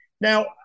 Now